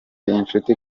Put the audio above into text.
inshuti